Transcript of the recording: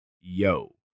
yo